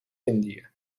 indië